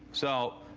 so,